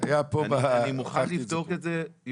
בין בתי חולים לקופות חולים לשנים 2021 עד 2025,